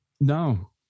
No